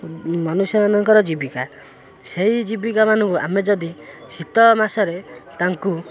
ମନୁଷ୍ୟମାନଙ୍କର ଜୀବିକା ସେଇ ଜୀବିକା ମାନଙ୍କୁ ଆମେ ଯଦି ଶୀତ ମାସରେ ତାଙ୍କୁ